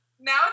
Now